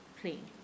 plane